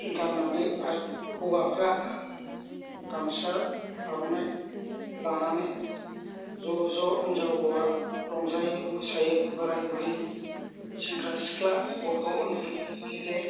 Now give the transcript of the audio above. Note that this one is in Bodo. गाननानै आर हौवाफ्रा गामसा आर'नाइ लानानै ज'ज' हिनजाव हौवा रंजायो मोसायो बोराइ बुरि सेंग्रा सिख्ला गथ' उन्दै गिदिद